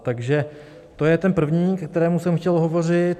Takže to je ten první, ke kterému jsem chtěl hovořit.